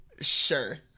Sure